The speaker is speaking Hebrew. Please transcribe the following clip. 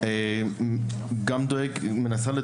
והיא אותו